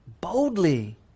boldly